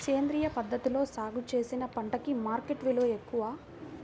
సేంద్రియ పద్ధతిలో సాగు చేసిన పంటలకు మార్కెట్ విలువ ఎక్కువ